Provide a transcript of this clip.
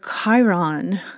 Chiron